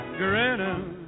grinning